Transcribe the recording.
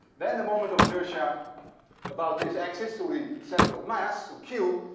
then the moment of inertia about this axis through the center of mass, through q,